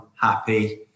happy